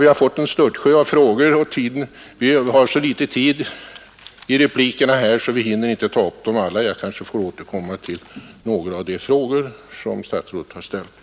Vi har fått en störtsjö av frågor, men vi har en så begränsad tid i replikerna att vi inte hinner ta upp dem alla. Jag kanske får återkomma till några av de frågor som statsrådet har ställt.